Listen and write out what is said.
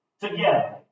together